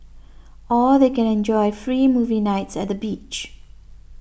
or they can enjoy free movie nights at the beach